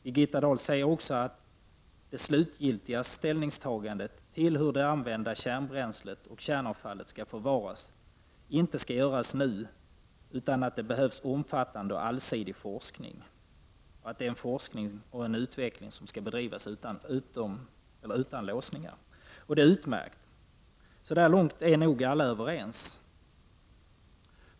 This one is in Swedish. Birgitta Dahl säger också att det slutgiltiga ställningstagandet till hur det använda kärnbränslet och kärnavfallet skall förvaras inte skall göras nu utan att det behövs omfattande och allsidig forskning samt att det är en forskning och utveckling som skall bedrivas utan låsningar. Det är utmärkt. Så långt är nog alla överens.